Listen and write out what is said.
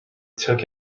took